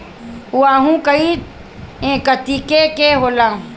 उअहू कई कतीके के होला